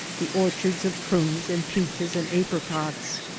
the orchards of prunes and peaches and apricots.